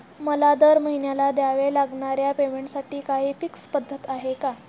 मला दरमहिन्याला द्यावे लागणाऱ्या पेमेंटसाठी काही फिक्स पद्धत आहे का?